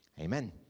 Amen